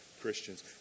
Christians